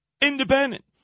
independent